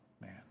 man